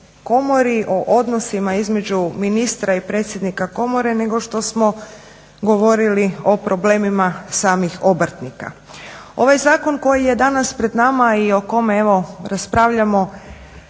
komori, o odnosima između ministra i predsjednika komore nego što smo govorili o problemima samih obrtnika. Ovaj zakon koji je danas pred nama i o kome evo raspravljamo